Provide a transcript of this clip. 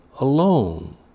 alone